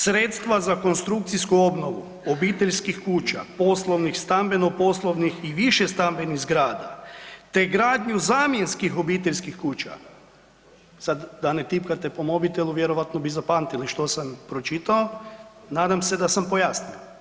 Sredstva za konstrukcijsku obnovu obiteljskih kuća, poslovnih, stambeno-poslovnih i višestambenih zgrada, te gradnju zamjenskih obiteljskih kuća, sad da ne tipkate po mobitelu vjerojatno bi zapamtili što sam pročitao, nadam se da sam pojasnio.